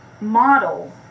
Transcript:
model